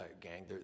gang